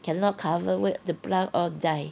cannot cover wait the plant all die